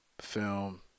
film